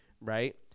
right